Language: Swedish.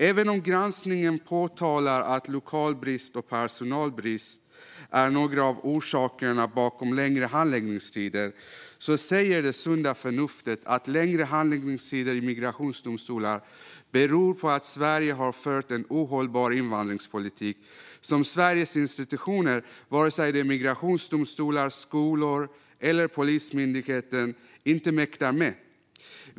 Även om granskningen påtalar att lokalbrist och personalbrist är några av orsakerna bakom längre handläggningstider säger det sunda förnuftet att längre handläggningstider i migrationsdomstolar beror på att Sverige har fört en ohållbar invandringspolitik som Sveriges institutioner, vare sig det är migrationsdomstolar, skolor eller Polismyndigheten, inte mäktar med.